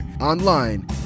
online